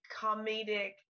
comedic